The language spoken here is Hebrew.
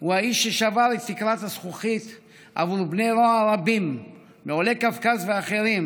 הוא האיש ששבר את תקרת הזכוכית עבור בני נוער רבים מעולי קווקז ואחרים,